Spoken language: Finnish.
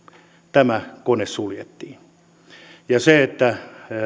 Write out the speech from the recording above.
tämä kone suljettiin ja se että